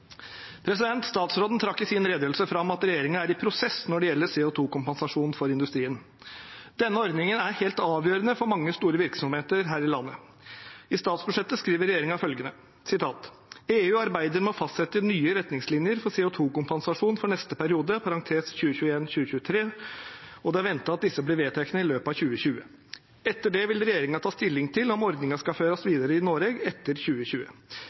Statsråden trakk i sin redegjørelse fram at regjeringen er i prosess når det gjelder CO 2 -kompensasjon for industrien. Denne ordningen er helt avgjørende for mange store virksomheter her i landet. I statsbudsjettet skriver regjeringen følgende: «EU arbeider med å fastsetje nye retningslinjer for CO 2 -kompensasjon for neste periode . Det er venta at desse blir vedtekne i løpet av 2020. Etter det vil regjeringa ta stilling til om ordninga skal førast vidare i Noreg etter 2020.»